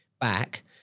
back